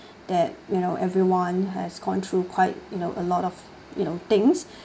that you know everyone has gone through quite you know a lot of you know things